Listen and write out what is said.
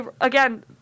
again